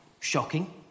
shocking